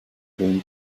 dream